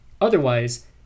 Otherwise